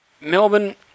Melbourne